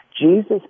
Jesus